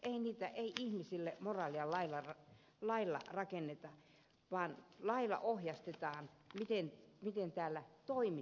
ei ihmisille moraalia lailla rakenneta vaan lailla ohjastetaan miten täällä toimitaan